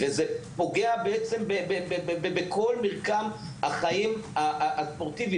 וזה פוגע בכל מרקם החיים הספורטיבי,